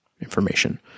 information